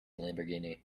lamborghini